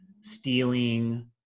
stealing